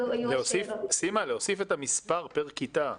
סימה, להוסיף את המספר פר כיתה,